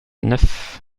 neuf